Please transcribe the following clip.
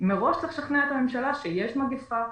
מראש צריך לשכנע את הממשלה שיש מגפה,